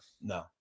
No